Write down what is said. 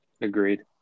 Agreed